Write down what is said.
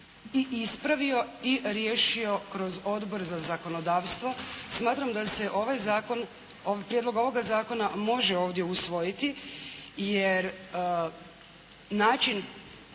i ispravio i riješio kroz Odbor za zakonodavstvo, smatram da se ovaj Zakon, prijedlog ovoga zakona može ovdje usvojiti jer način